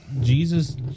Jesus